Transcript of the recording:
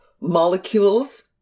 molecules